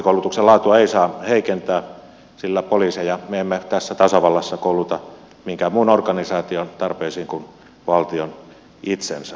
poliisikoulutuksen laatua ei saa heikentää sillä poliiseja me emme tässä tasavallassa kouluta minkään muun organisaation tarpeisiin kuin valtion itsensä